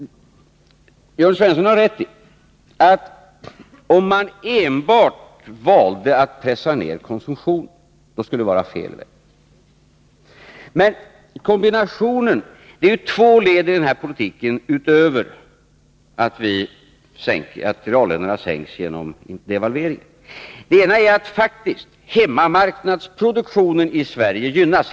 Jörn Svensson har rätt i att det skulle vara fel väg, om man enbart valde att pressa ned konsumtionen. Men det är två led i denna politik, utöver att reallönerna sänks genom devalveringen. Det ena är att hemmamarknadsproduktionen i Sverige faktiskt gynnas.